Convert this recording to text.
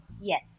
Yes